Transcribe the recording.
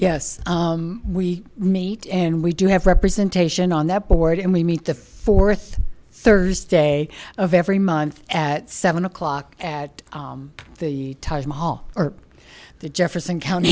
yes we meet and we do have representation on that board and we meet the fourth thursday of every month at seven o'clock at the taj mahal or the jefferson county